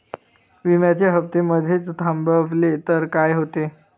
विम्याचे हफ्ते मधेच थांबवले तर काय होते?